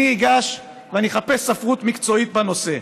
אני אגש ואני אחפש ספרות מקצועית בנושא.